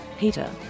Peter